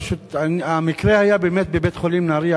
פשוט המקרה היה באמת בבית-חולים "נהרייה".